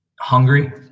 hungry